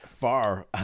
far